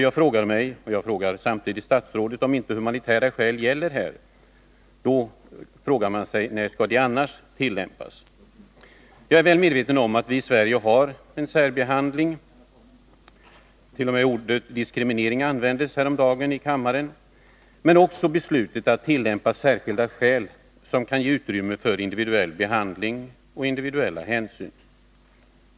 Jag frågar mig själv och jag frågar samtidigt statsrådet, om inte humanitära skäl gäller här — när skall de annars tillämpas? Jag är väl medveten om att vi i Sverige tillämpar en särbehandling. T. o. m. ordet diskriminering användes häromdagen i kammaren. Men också i beslutet om tillämpning av särskilda skäl kan det ges utrymme för individuell behandling och individuella hänsyn.